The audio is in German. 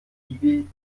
hiwi